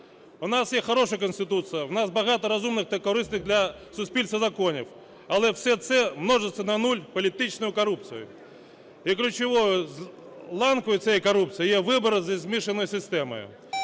В нас є хороша Конституція, в нас багато розумних та корисних для суспільства законів, але все це множиться на нуль політичною корупцією. І ключовою ланкою цієї корупції є вибори зі змішаною системою,